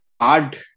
hard